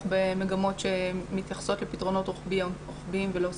במגמות שמתייחסות לפתרונות רוחביים ולא ספציפיים.